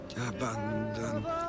abandon